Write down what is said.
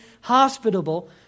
hospitable